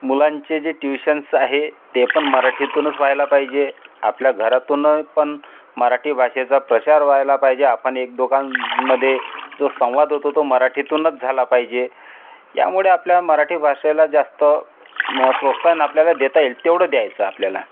मुलांचे जे ट्युशन्स आहे ते पण मराठीतूनच व्हायला पाहिजे आपल्या घरातून पण मराठी भाषेचा प्रचार व्हायला पाहिजे आपण एकदोघां मध्ये जो संवाद होतो तो मराठीतूनच झाला पाहिजे यामुळे आपल्या मराठी भाषेला जास्त प्रोत्साहन आपल्याला देता येईल तेवढं द्यायचं आपल्याला